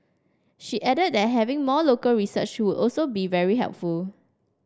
she added that having more local research would also be very helpful